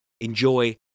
enjoy